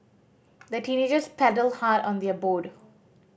the teenagers paddled hard on their boat